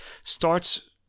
starts